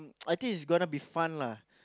I think is gonna be fun lah